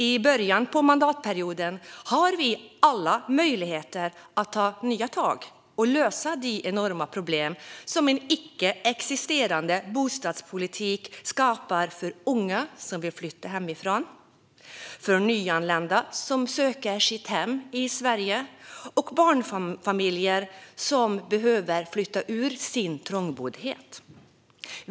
Nu, i början av mandatperioden, har vi alla möjligheter att ta nya tag och lösa de enorma problem som en icke existerande bostadspolitik skapar för unga som vill flytta hemifrån, för nyanlända som söker sitt hem i Sverige och för barnfamiljer som behöver flytta från sin trångboddhet.